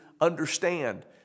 understand